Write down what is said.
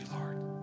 Lord